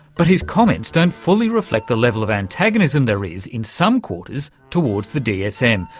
but his comments don't fully reflect the level of antagonism there is in some quarters toward the dsm,